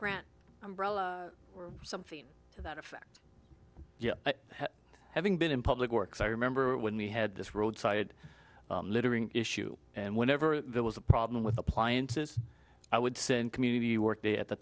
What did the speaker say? umbrella or something to that effect having been in public works i remember when we had this roadside littering issue and whenever there was a problem with appliances i would say in community work day at the